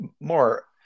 more –